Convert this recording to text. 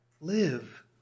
Live